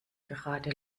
gerade